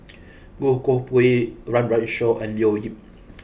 Goh Koh Pui Run Run Shaw and Leo Yip